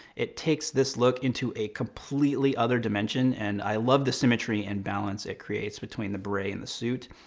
it takes this look into a completely other dimension, and i love the symmetry and balance it creates between the beret and the suit.